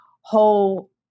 whole